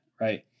right